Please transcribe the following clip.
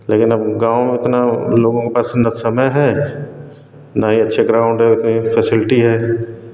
लेकिन अब गाँव उतना लोगों के पास न तो समय है ना ही अच्छे ग्राउंड है उतनी फैसिलिटी है